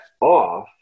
off